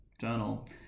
journal